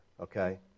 Okay